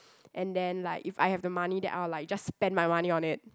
and then like if I have the money then I will like just spend my money on it